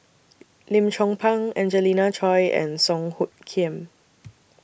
Lim Chong Pang Angelina Choy and Song Hoot Kiam